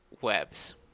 webs